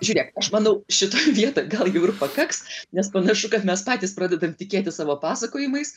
žiūrėk aš manau šitoj vietoj gal jau ir pakaks nes panašu kad mes patys pradedam tikėti savo pasakojimais